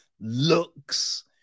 looks